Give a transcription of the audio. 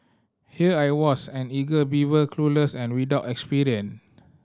here I was an eager beaver clueless and without experience